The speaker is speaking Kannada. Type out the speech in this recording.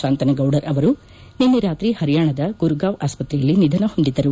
ಶಾಂತನಗೌಡರ್ ಅವರು ನಿನ್ನೆ ರಾತ್ರಿ ಹರಿಯಾಣದ ಗುರುಗಾಂವ್ ಆಸ್ಪತ್ರೆಯಲ್ಲಿ ನಿಧನ ಹೊಂದಿದರು